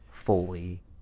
fully